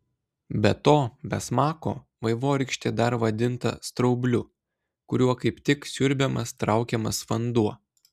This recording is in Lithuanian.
be to be smako vaivorykštė dar vadinta straubliu kuriuo kaip tik siurbiamas traukiamas vanduo